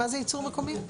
מה זה ייצור מקומי?